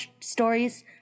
stories